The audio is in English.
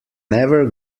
never